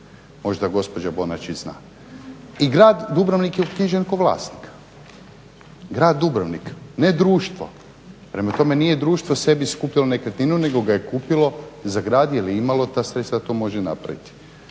Možda gospođa Bonačić zna. I grad Dubrovnik je uknjižen kao vlasnik, grad Dubrovnik, ne društvo. Prema tome, nije društvo sebi kupilo nekretninu nego ga je kupilo za grad jer je imalo ta sredstva da to može napraviti.